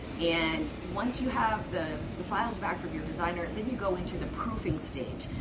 and once you have the the files back from your designer, then you go into the proofing stage.